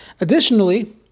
Additionally